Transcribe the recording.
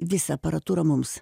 visą aparatūrą mums